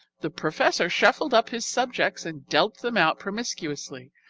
the professor shuffled up his subjects and dealt them out promiscuously,